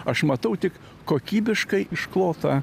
aš matau tik kokybiškai išklotą